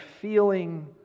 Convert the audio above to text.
feeling